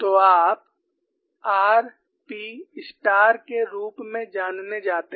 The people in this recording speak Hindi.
तो आप r p स्टार के रूप में जानने जाते हैं